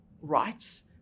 rights